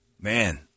Man